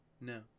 No